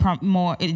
more